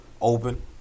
open